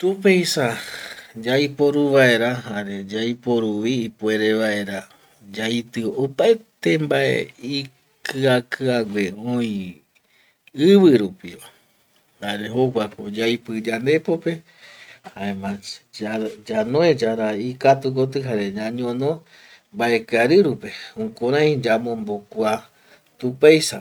Tupeisa yaiporu vaera jare yaiporuvi ipuere vaera yaitio opaete mbae ikiakiague oi ivirupiva jare jokuako yaipi yandepope jaema ñanoe yaraja ikatu koti jare ñañono mbaekiarirupe, jukurai yamombo kua tupeisape